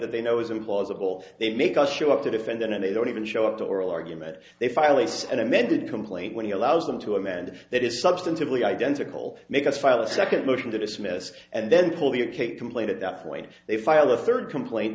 that they know is implausible they make us show up to defend them and they don't even show up the oral argument they finally says an amended complaint when he allows them to amend that is substantively identical make us file a second motion to dismiss and then pull the u k complaint at that point they file the third complain